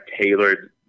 tailored